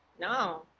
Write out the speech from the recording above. No